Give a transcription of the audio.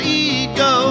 ego